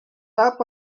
tap